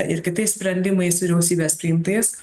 ir kitais sprendimais vyriausybės priimtais